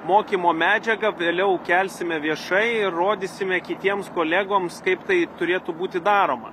mokymo medžiagą vėliau kelsime viešai ir rodysime kitiems kolegoms kaip tai turėtų būti daroma